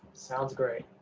sounds great.